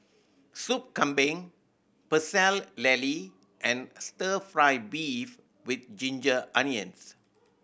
Sop Kambing Pecel Lele and Stir Fry beef with ginger onions